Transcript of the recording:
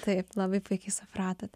taip labai puikiai supratot